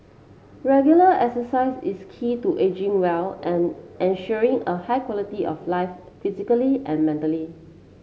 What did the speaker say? regular exercise is key to ageing well and ensuring a high quality of life physically and mentally